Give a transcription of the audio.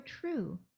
true